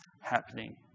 happening